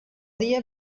dia